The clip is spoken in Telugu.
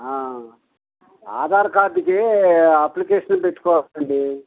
ఆధార్ కార్డుకి అప్లికెషను పెట్టుకోవాలండి